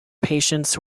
patients